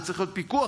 וצריך להיות פיקוח,